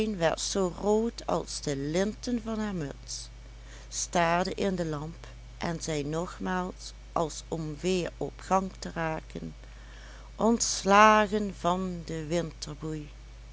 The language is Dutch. zoo rood als de linten van haar muts staarde in de lamp en zei nogmaals als om weer op gang te raken ontslagen van de